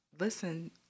Listen